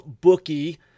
bookie